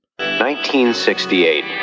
1968